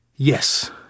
Yes